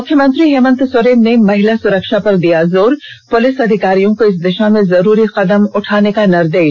मुख्यमंत्री हेमंत सोरेन ने महिला सुरक्षा पर दिया जोर पुलिस अधिकारियों को इस दिशा में जरूरी कदम उठाने का निर्देश